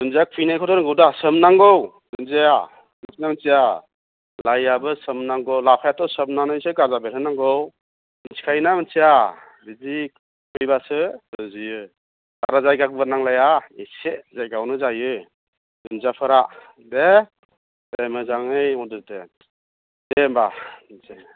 दुन्दिया खुबैनायखौ रोंगौदा सोमनांगौ दुन्दियाया मोनथिना मोनथिया लाइआबो सोमनांगौ लाफायाथ' सोमनानैसो गाजा बेरहोनांगौ मोनथिखायो ना मोनथिया बिदि बिदबासो रज'यो बारा जयगा गुवार नांलाया एसे जायगायावनो जायो दुन्दियाफोरा दे दे मोजाङै मावदो दे दे होम्बा दे